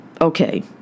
okay